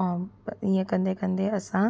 ऐं इहे कंदे कंदे असां